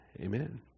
Amen